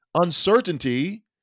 uncertainty